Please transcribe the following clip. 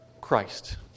Christ